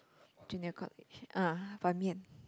junior college ah ban-mian